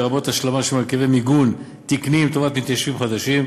לרבות השלמה של מרכיבי מיגון תקניים לטובת מתיישבים חדשים,